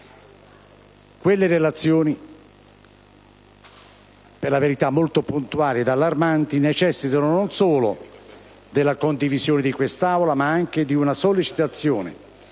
Quelle relazioni - per la verità, molto puntuali ed allarmanti - necessitano non solo della condivisione di quest'Assemblea, ma anche di una sollecitazione